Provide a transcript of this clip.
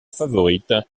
favorite